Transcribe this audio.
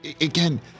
again